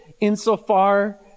insofar